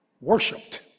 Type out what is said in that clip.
worshipped